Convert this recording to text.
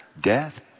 death